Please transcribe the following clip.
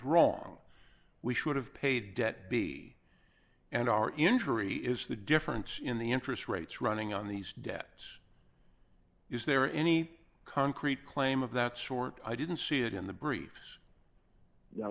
wrong we should have paid debt be and our injury is the difference in the interest rates running on these debts is there any concrete claim of that sort i didn't see it in the briefs